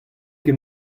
ket